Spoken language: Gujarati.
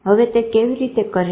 હવે તે કેવી રીતે કરે છે